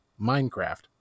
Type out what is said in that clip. Minecraft